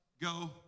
go